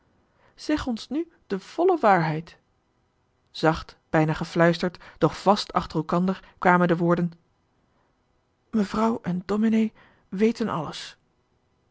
zeg ons nu de volle waarheid zacht bijna gefluisterd doch vast achter elkander kwamen de woorden mevrouw en domenee weten alles